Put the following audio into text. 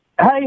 Hey